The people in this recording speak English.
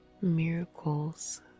Miracles